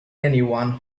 anyone